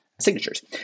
signatures